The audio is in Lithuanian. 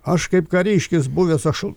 aš kaip kariškis buvęs aš